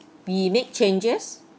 we make changes